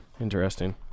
interesting